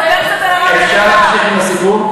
רבותי, אפשר להמשיך עם הסיפור?